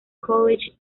college